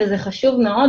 וזה חשוב מאוד,